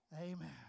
Amen